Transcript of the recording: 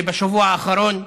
ובשבוע האחרון,